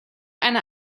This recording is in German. eine